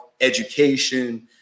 education